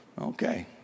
okay